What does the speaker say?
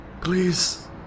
Please